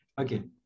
Okay